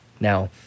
Now